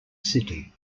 city